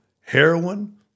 heroin